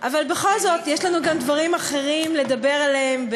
אבל בכל זאת יש לנו גם דברים אחרים לדבר עליהם,